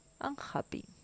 unhappy